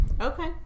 okay